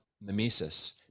mimesis